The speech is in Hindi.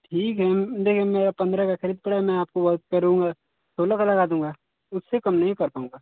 ठीक है देखिए मेरा पंद्रह का खरीद पड़ा है मैं आपको बहुत करूंगा सोलह का लगा दूंगा उससे कम नहीं कर पाऊँगा